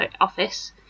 Office